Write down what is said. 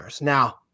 Now